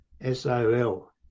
S-O-L